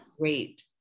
great